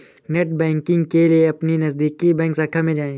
net banking के लिए अपने नजदीकी बैंक शाखा में जाए